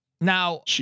Now